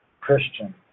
Christian